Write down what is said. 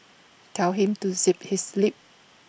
tell him to zip his lip